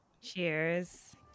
Cheers